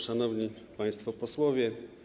Szanowni Państwo Posłowie!